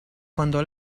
quando